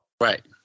Right